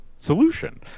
solution